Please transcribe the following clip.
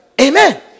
Amen